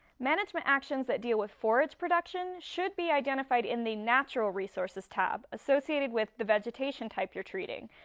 management actions that deal with forage production should be identified in the natural resources tab associated with the vegetation type you're treating,